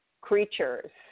creatures